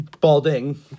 Balding